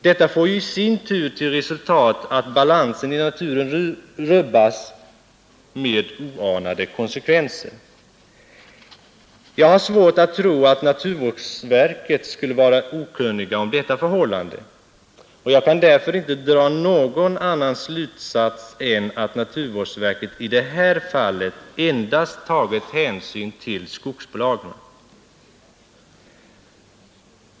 Detta får i sin tur till resultat att balansen i naturen rubbas med oanade konsekvenser. Jag har svårt att tro att man på naturvårdsverket skulle vara okunnig om detta förhållande. Jag kan därför inte dra någon annan slutsats än att naturvårdsverket i detta fall endast tagit hänsyn till skogsbolagen.